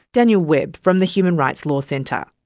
daniel webb from the human rights law centre.